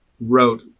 wrote